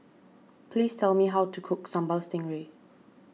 please tell me how to cook Sambal Stingray